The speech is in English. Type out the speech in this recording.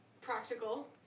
practical